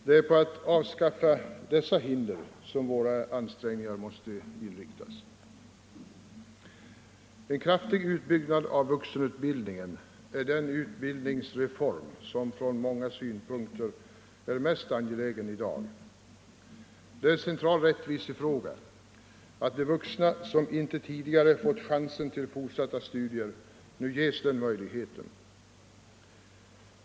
Det är på att avskaffa dessa hinder som våra ansträngningar måste inriktas. En kraftig utbyggnad av vuxenutbildningen är den utbildningsreform som från många synpunkter är mest angelägen i dag. Det är en central rättvisefråga att de många vuxna som inte tidigare fått chansen till fortsatta studier nu ges den möjligheten.